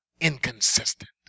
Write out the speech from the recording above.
inconsistent